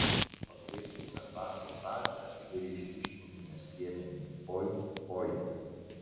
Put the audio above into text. pabrėžkime takto pradžią ir išryškinkime skiemenį oi oi